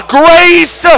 grace